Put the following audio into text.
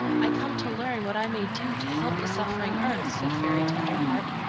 i come to learn what i may do to help the suffering earth, said fairy tenderheart.